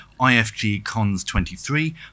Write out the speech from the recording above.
IFGcons23